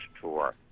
tour